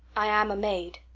i am a maid.